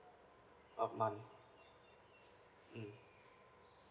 a month mm